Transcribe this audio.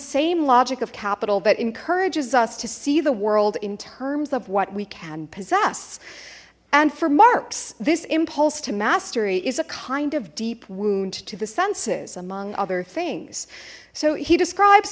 same logic of capital that encourages us to see the world in terms of what we can possess and for marx this impulse to mastery is a kind of deep wound to the senses among other things so he describes